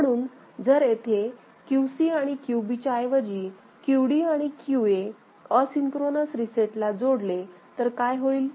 म्हणून जर येथे QC आणि QB च्या ऐवजी QD आणि QA असिन्क्रोनोस रीसेट ला जोडले तर काय होईल